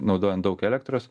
naudojant daug elektros